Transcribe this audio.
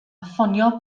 ffonio